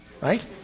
right